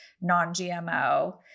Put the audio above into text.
non-GMO